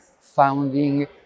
founding